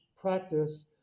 practice